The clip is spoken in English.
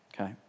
okay